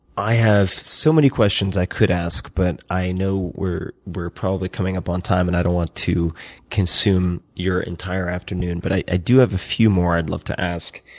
i have so many questions i could ask but i know we're we're probably coming up on time and i don't want to consume your entire afternoon. but i i do have a few more i'd love to ask.